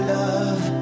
love